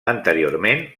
anteriorment